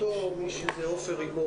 הנגשה של הלימוד המקוון